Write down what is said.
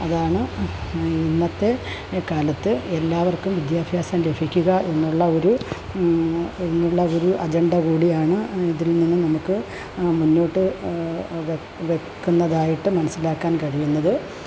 അതാണ് ഇന്നത്തെ കാലത്ത് എല്ലാവർക്കും വിദ്യാഭ്യാസം ലഭിക്കുക എന്നുള്ള ഒരു എന്നുള്ളൊരു അജണ്ട കൂടിയാണ് ഇതിൽ നിന്ന് നമുക്ക് മുന്നോട്ട് വെക്ക് വെക്കുന്നതായിട്ട് മനസ്സിലാക്കാൻ കഴിയുന്നത്